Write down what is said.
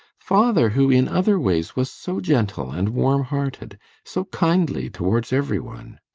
father, who in other ways was so gentle and warm-hearted so kindly towards everyone